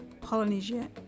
Polynesia